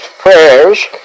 prayers